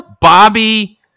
Bobby